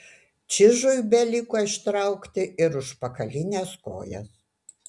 čižui beliko ištraukti ir užpakalines kojas